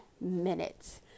minutes